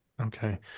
okay